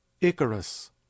Icarus